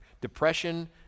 depression